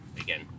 again